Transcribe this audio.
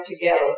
together